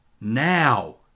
now